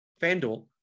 FanDuel